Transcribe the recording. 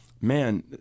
man